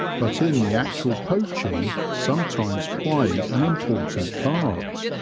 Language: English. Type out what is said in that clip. but in the actual poaching sometimes play an important part.